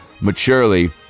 Maturely